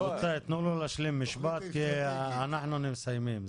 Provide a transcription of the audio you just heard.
רבותי, תנו לו להשלים משפט כי אנחנו מסיימים.